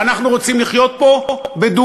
ואנחנו רוצים לחיות פה בדו-קיום.